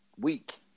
week